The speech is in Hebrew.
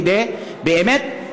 כדי באמת,